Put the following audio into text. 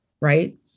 right